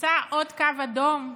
נחצה עוד קו אדום.